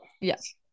Yes